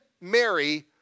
Mary